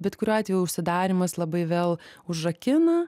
bet kuriuo atveju užsidarymas labai vėl užrakina